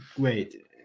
great